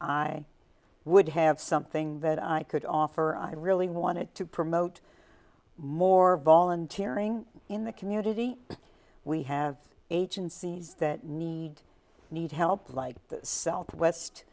i would have something that i could offer i really wanted to promote more volunteering in the community we have agencies that need need help like the southwest